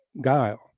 guile